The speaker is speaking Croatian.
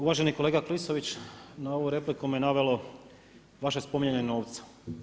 Uvaženi kolega Klisović, na ovu repliku me navelo vaše spominjanje novca.